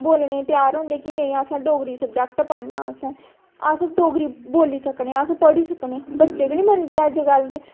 बोलने त्यार होंदे कि नेईं असें डोगरी सबजैक्ट पढ़ना असें अस डोगरी बोल्ली सकने अस पढ़ी सकने बच्चे गै निं मनदे अजकल्ल दे